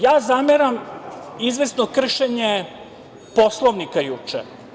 Ja zameram izvesno kršenje Poslovnika juče.